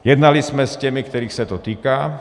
Jednali jsme s těmi, kterých se to týká.